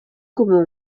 comment